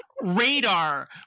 radar